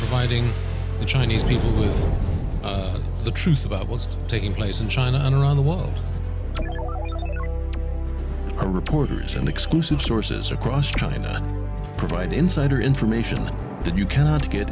biting the chinese people is the truth about what's taking place in china and around the world are reporters and exclusive sources across china provide insider information that you cannot get